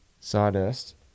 Sawdust